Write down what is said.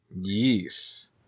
Yes